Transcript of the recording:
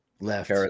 left